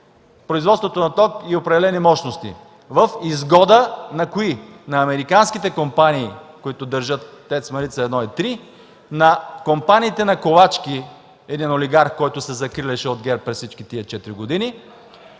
производството на ток и определени мощности в изгода на кои? – На американските компании, които държат ТЕЦ „Марица 1 и 3”, на компаниите на Ковачки – един олигарх, който се закриляше от ГЕРБ през всички тези четири